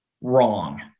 wrong